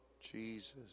Jesus